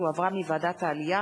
שהחזירה ועדת העלייה,